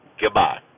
Goodbye